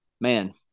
man